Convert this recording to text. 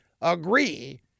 agree